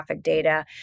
data